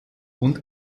und